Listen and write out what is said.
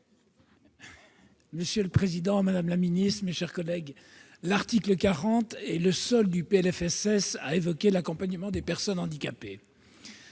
Monsieur le président, madame la ministre, mes chers collègues, l'article 40 est le seul du PLFSS à évoquer l'accompagnement des personnes handicapées.